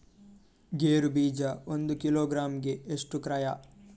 ಗೇರು ಬೀಜ ಒಂದು ಕಿಲೋಗ್ರಾಂ ಗೆ ಎಷ್ಟು ಕ್ರಯ?